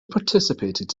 participated